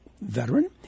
veteran